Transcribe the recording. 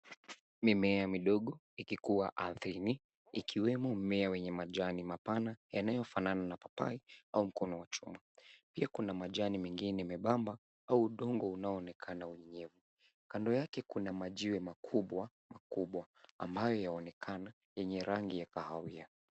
Mimea midogo ikikuwa ardhini ikiwemo mmea wenye majani mapana yanayofanana na papai au mkono wa chuma. Pia kuna majani mengine membamba au udongo unaoonekana unyevu. Kando yake kuna majiwe makubwa ambayo yaonekana yenye rangi ya kahawia.